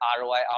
ROI